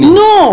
no